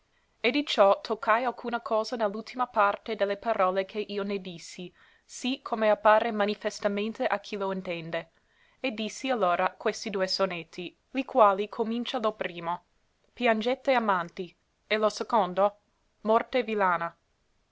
donna e di ciò toccai alcuna cosa ne l'ultima parte de le parole che io ne dissi sì come appare manifestamente a chi lo intende e dissi allora questi due sonetti li quali comincia lo primo piangete amanti e lo secondo morte villana